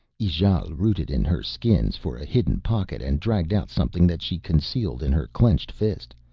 ijale rooted in her skins for a hidden pocket and dragged out something that she concealed in her clenched fist.